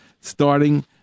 starting